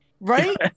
Right